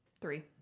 Three